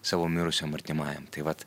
savo mirusiam artimajam tai vat